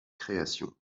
créations